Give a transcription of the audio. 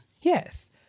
Yes